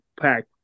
pack